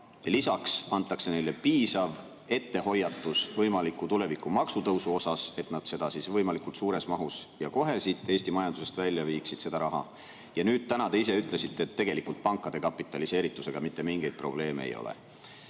lisaks antakse neile piisav ettehoiatus võimaliku tulevikus toimuva maksutõusu kohta, et nad selle raha võimalikult suures mahus ja kohe siit Eesti majandusest välja viiksid. Ja täna te ise ütlesite, et tegelikult pankade kapitaliseeritusega mitte mingeid probleeme ei ole. Ma